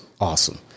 awesome